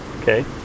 okay